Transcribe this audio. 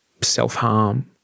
self-harm